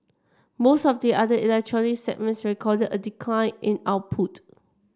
most of the other electronic segments recorded a decline in output